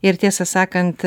ir tiesą sakant